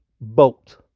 boat